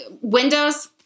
Windows